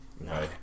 No